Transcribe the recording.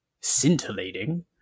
scintillating